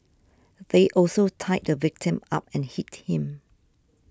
they also tied the victim up and hit him